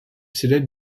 célèbre